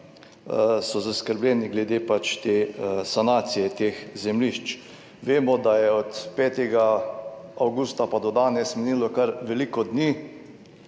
so zaskrbljeni glede sanacije teh zemljišč. Vemo, da je od 5. avgusta pa do danes minilo kar veliko dni.